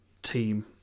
team